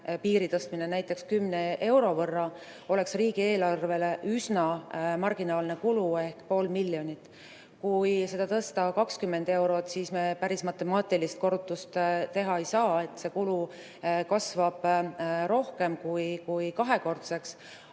piiri tõstmine näiteks 10 euro võrra oleks riigieelarvele üsna marginaalne kulu ehk pool miljonit. Kui seda tõsta 20 eurot, siis me päris matemaatilist korrutust teha ei saa, see kulu kasvab rohkem kui kahekordseks.